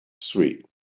sweet